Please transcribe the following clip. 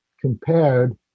compared